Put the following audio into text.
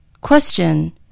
Question